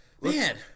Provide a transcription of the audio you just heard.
Man